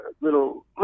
little